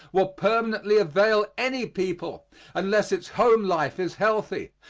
will permanently avail any people unless its home life is healthy,